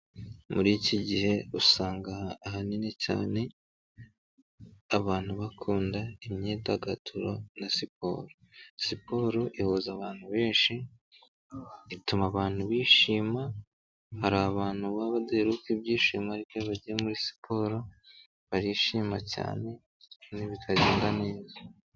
Muri iki gihe usanga ahanini cyane, abantu bakunda imyidagaduro na siporo, siporo ihuza abantu benshi, ituma abantu bishima, hari abantu baba badaheruka ibyishimo ariko iyo bagiye muri siporo barishima cyane bitagenda neza.